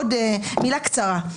עוד מילה קצרה.